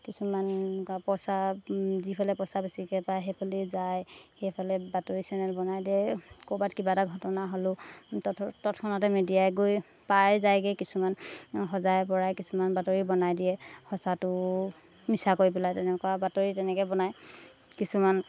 কিছুমান পইচা যিফালে পইচা বেছিকৈ পায় সেইফালে যায় সেইফালে বাতৰি চেনেল বনাই দিয়ে ক'ৰবাত কিবা এটা ঘটনা হ'লো তথ তৎক্ষণতে মেডিয়াই গৈ পাই যায়গৈ কিছুমান সজাই পৰাই কিছুমান বাতৰি বনাই দিয়ে সঁচাটো মিছা কৰি পেলাই তেনেকুৱা বাতৰি তেনেকৈ বনায় কিছুমান